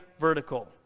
vertical